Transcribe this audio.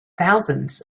thousands